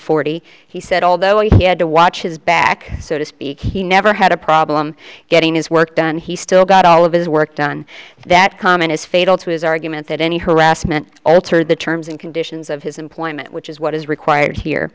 forty he said although he had to watch his back so to speak he never had a problem getting his work done he still got all of his work done that comment is fatal to his argument that any harassment altered the terms and conditions of his employment which is what is required here